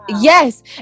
yes